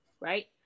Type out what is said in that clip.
right